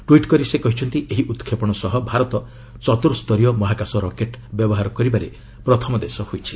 tweet କରି ସେ କହିଛନ୍ତି ଏହି ଉତ୍କ୍ଷେପଣ ସହ ଭାରତ ଚର୍ତ୍ତୁ ସ୍ତରୀୟ ମହାକାଶ ରକେଟ୍ ବ୍ୟବହାର କରିବାରେ ପ୍ରଥମ ଦେଶ ହୋଇଛି